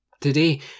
Today